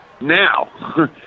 Now